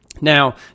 Now